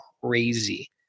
crazy